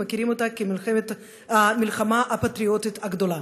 מכירים אותה כמלחמה הפטריוטית הגדולה,